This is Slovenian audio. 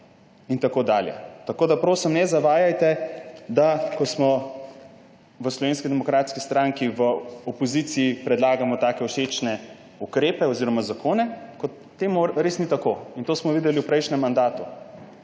in tako dalje. Tako da, prosim, ne zavajajte, da ko smo v Slovenski demokratski stranki v opoziciji, predlagamo take všečne ukrepe oziroma zakone, ker res ni tako in to smo videli v prejšnjem mandatu.